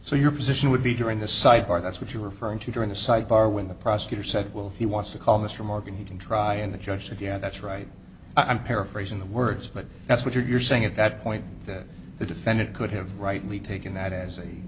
so your position would be during the sidebar that's what you're referring to during the sidebar when the prosecutor said well if he wants to call mr morgan he can try and the judge said yeah that's right i'm paraphrasing the words but that's what you're saying at that point that the defendant could have rightly taken that as a